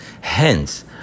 Hence